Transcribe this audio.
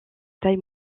taille